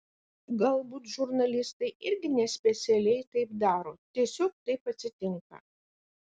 galbūt žurnalistai irgi nespecialiai taip daro tiesiog taip atsitinka